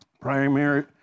Primary